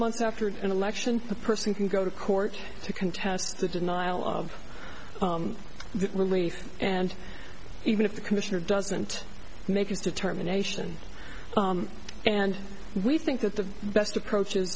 months after an election a person can go to court to contest the denial of the relief and even if the commissioner doesn't make his determination and we think that the best approach is